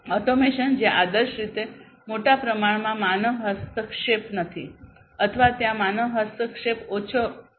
automation જ્યાં આદર્શ રીતે મોટા પ્રમાણમાં માનવ હસ્તક્ષેપ નથી અથવા ત્યાં માનવ હસ્તક્ષેપ ઓછો થાય છે